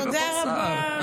תודה רבה.